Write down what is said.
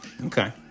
Okay